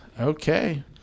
Okay